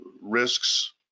Risks